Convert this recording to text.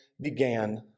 began